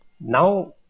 now